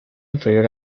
inferior